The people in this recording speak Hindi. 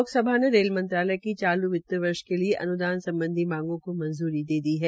लोकसभा ने रेल मंत्रालय की चालू वित्त वर्ष के लिये अन्दान सम्बधी मांगो को मंजूरी दे दी है